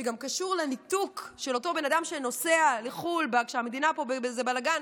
שגם קשור לניתוק של אותו בן אדם שנוסע לחו"ל כשהמדינה פה בבלגן,